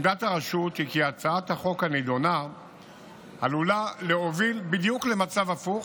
עמדת הרשות היא כי הצעת החוק הנדונה עלולה להוביל בדיוק למצב הפוך,